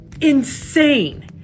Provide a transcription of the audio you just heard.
insane